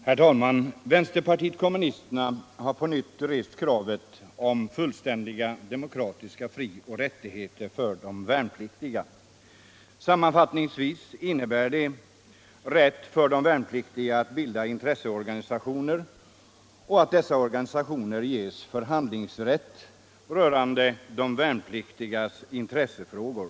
Herr talman! Vänsterpartiet kommunisterna har på nytt rest kravet på fullständiga demokratiska frioch rättigheter för de värnpliktiga. Sammanfattningsvis innebär det rätt för de värnpliktiga att bilda intresseorganisationer som ges förhandlingsrätt beträffande de värnpliktigas intressefrågor.